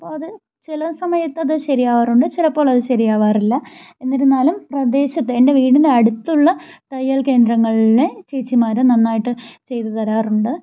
അപ്പോൾ അത് ചില സമയത്തത് അത് ശരിയാകാറുണ്ട് ചിലപ്പോളത് സമയത്ത് ശരിയാവാറില്ല എന്നിരുന്നാലും പ്രദേശത്ത് എൻ്റെ വീടിനടുത്തുള്ള തയ്യൽ കേന്ദ്രങ്ങളിലെ ചേച്ചിമാർ നന്നായിട്ട് ചെയ്ത് തരാറുണ്ട്